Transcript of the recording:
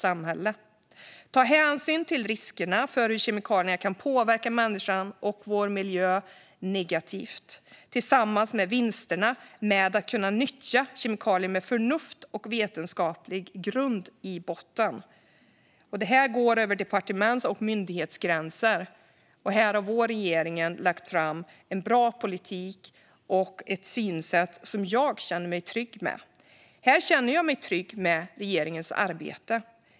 Det gäller att ta hänsyn till riskerna för hur kemikalier kan påverka människan och vår miljö negativt, tillsammans med vinsterna med att nyttja kemikalier med förnuft och på vetenskaplig grund. Detta går över departements och myndighetsgränser. Regeringen har lagt fram en bra politik och har ett synsätt som jag känner mig trygg med. Här känner jag mig trygg med regeringens arbete.